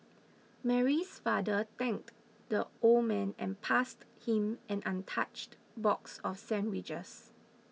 Mary's father thanked the old man and passed him an untouched box of sandwiches